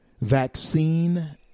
vaccine